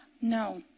no